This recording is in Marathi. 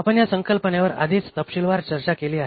आपण ह्या संकल्पनेवर आधीच तपशीलवार चर्चा केली आहे